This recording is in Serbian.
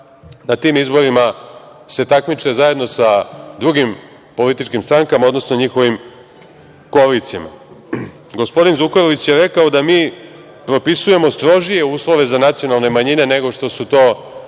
na tim izborima takmiče zajedno sa drugim političkim strankama, odnosno njihovim koalicijama. Gospodin Zukorlić je rekao da mi propisujemo strožije uslove za nacionalne manjine nego što su to